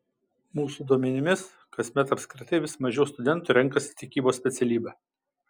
mūsų duomenimis kasmet apskritai vis mažiau studentų renkasi tikybos specialybę